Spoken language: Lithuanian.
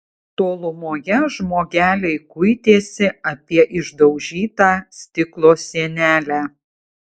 tolumoje žmogeliai kuitėsi apie išdaužytą stiklo sienelę